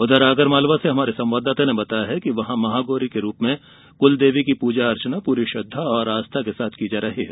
उधर आगर मालवा से हमारे संवाददाता ने बताया है कि वहां महागौरी के रूप में कुलदेवी की पूजा अर्चना पूरी श्रद्वा और आस्था के साथ की जा रही है